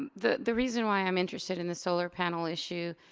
the the reason why i'm interested in the solar panel issue,